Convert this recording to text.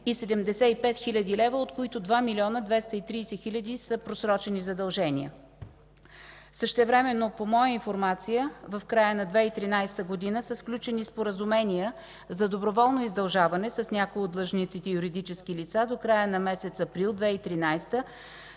75 хил. лв., от които 2 млн. 230 хиляди са просрочени задължения. Същевременно по моя информация в края на 2013 г. са сключени споразумения за доброволно издължаване с някои от длъжниците – юридически лица, до края на месец април 2013 г., но